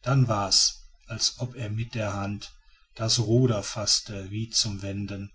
dann war's als ob er mit der hand das ruder faßte wie zum wenden